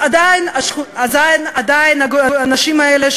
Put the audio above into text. אז עדיין האנשים האלה,